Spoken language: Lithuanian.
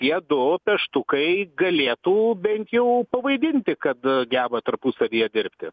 tie du peštukai galėtų bent jau pavaidinti kad geba tarpusavyje dirbti